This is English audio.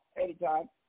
anytime